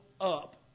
up